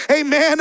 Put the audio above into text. Amen